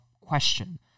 question